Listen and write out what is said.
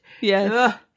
Yes